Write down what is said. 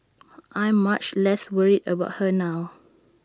I'm much less worried about her now